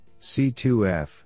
C2F